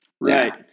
Right